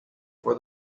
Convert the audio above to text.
for